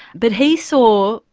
but he saw,